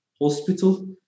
hospital